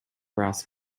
brass